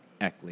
Eckley